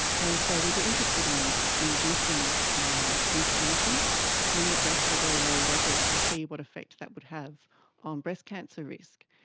and so we were interested in inducing um inflammation in the breast at a very low level to see what effect that would have on breast cancer risk.